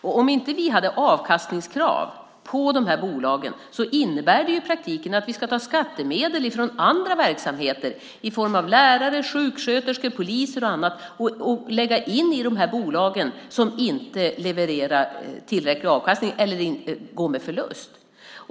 Om vi inte har avkastningskrav på bolagen innebär det i praktiken att vi ska ta skattemedel från andra verksamheter, lärare, sjuksköterskor, poliser, och lägga in i dessa bolag som inte levererar tillräcklig avkastning eller går med förlust.